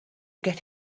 get